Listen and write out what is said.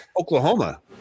Oklahoma